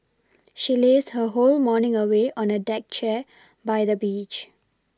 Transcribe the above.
she lazed her whole morning away on a deck chair by the beach